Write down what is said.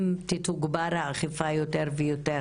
אם תתוגבר האכיפה יותר ויותר